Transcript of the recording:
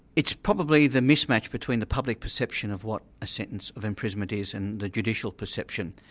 it's probably the mismatch between the public perception of what a sentence of imprisonment is and the judicial perception.